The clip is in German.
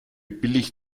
billig